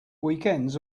weekends